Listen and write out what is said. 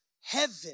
heaven